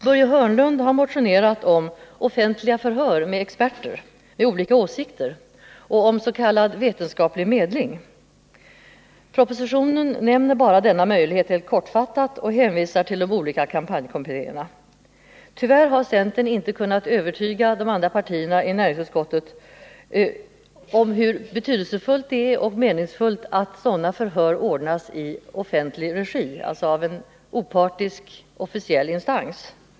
Börje Hörnlund har motionerat om offentliga förhör med experter som har olika åsikter och om s.k. vetenskaplig medling. Propositionen nämner bara denna möjlighet helt kortfattat och hänvisar till de olika kampanjkommittéerna. Tyvärr har inte centern kunnat övertyga de andra partierna i näringsutskottet om hur meningsfullt det är att sådana förhör ordnas i offentlig regi, dvs. av en opartisk, officiell instans.